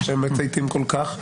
לא שכל כך מצייתים,